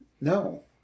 No